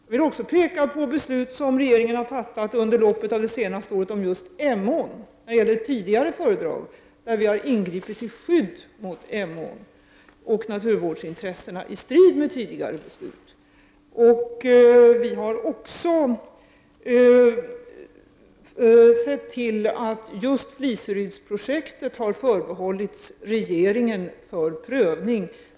Jag vill också peka på beslut som regeringen har fattat under loppet av det senaste året om just Emån när det gäller ett tidigare fördrag, där vi har ingripit till skydd för Emån och naturvårdsintressena i strid mot tidigare beslut. Vi har också sett till att just Fliserydsprojektet har förbehållits regeringen för prövning.